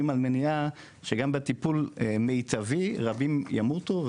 על מניעה שגם בטיפול מיטבי רבים ימותו,